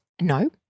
no